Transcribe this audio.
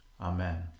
Amen